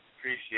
appreciate